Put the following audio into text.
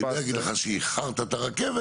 אני לא אגיד לך שאיחרת את הרכבת.